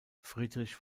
friedrich